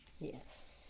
Yes